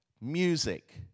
music